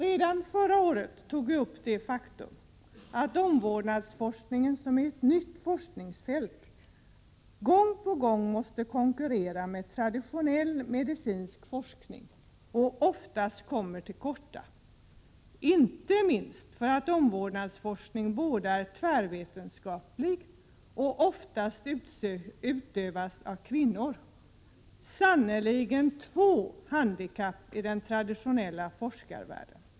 Redan förra året pekade vi på det faktum att omvårdnadsforskningen, som är ett nytt forskningsfält, gång på gång måste konkurrera med traditionell medicinsk forskning och då oftast kommer till korta. Detta beror inte minst på att omvårdnadsforskningen både är tvärvetenskaplig och oftast utövas av kvinnor — sannerligen två handikapp i den traditionella forskarvärlden.